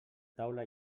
taula